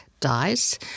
dies